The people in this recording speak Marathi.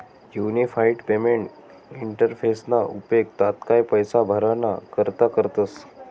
युनिफाईड पेमेंट इंटरफेसना उपेग तात्काय पैसा भराणा करता करतस